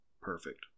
perfect